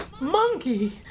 Monkey